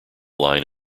line